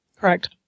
Correct